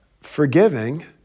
forgiving